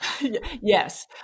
Yes